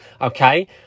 okay